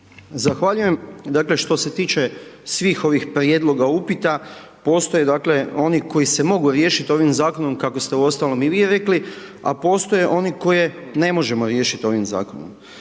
Zahvaljujem. Dakle, što se tiče svih ovih prijedloga i upita, postoje dakle oni koji se mogu riješiti ovim Zakonom, kako ste uostalom i vi rekli, a postoje oni koje ne možemo riješiti ovim Zakonom.